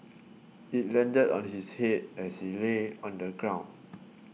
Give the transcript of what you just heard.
it landed on his head as he lay on the ground